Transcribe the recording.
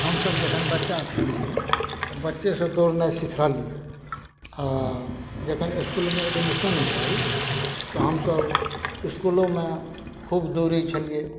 हमसब जखन बच्चा छलियै तऽ बच्चेसँ दौड़नाइ सिख रहलियै आ जखन इसकुलमे एडमिशन भेल तऽ हमसभ इसकुलोमे खूब दौड़ै छलियै